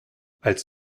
als